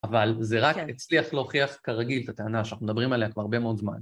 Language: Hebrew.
אבל זה רק הצליח להוכיח כרגיל את הטענה שאנחנו מדברים עליה כבר הרבה מאוד זמן.